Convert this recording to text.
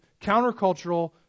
countercultural